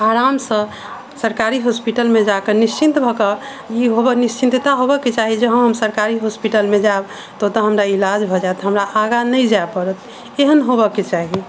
आरामसँ सरकारी हॉस्पिटलमे जाकऽ निश्चिन्त भऽ कऽ ई होबऽ निश्चिन्तता होबऽके चाही जे हऽ हम सरकारी हॉस्पिटलमे जाउ तऽ ओतऽ हमरा इलाज भऽ जायत हमरा आगा नहि जाय पड़त एहन होबऽके चाही